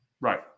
Right